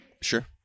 Sure